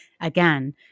again